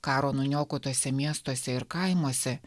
karo nuniokotuose miestuose ir kaimuose